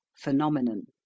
phenomenon